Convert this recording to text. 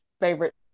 favorite